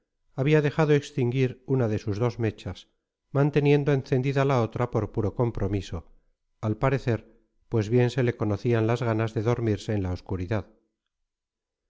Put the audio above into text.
había dejado extinguir una de sus dos mechas manteniendo encendida la otra por puro compromiso al parecer pues bien se le conocían las ganas de dormirse en la obscuridad